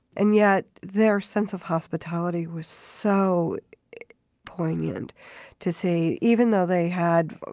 and yet their sense of hospitality was so poignant to say, even though they had